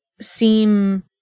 seem